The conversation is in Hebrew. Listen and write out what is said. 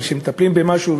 אבל כשמטפלים במשהו,